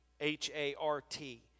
H-A-R-T